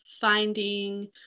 finding